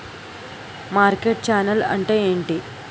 Market channel అంటే ఏంటి?